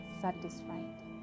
satisfied